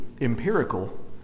empirical